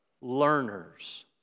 learners